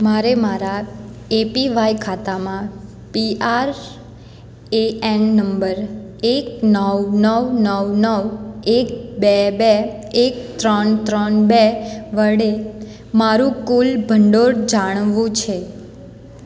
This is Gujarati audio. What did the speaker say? મારે મારા એપીવાય ખાતામાં P R A N number એક નવ નવ નવ નવ એક બે બે એક ત્રણ ત્રણ બે વડે મારું કુલ ભંડોળ જાણવું છે